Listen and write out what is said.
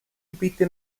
gebiete